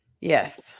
Yes